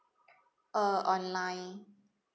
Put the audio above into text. uh online